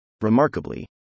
Remarkably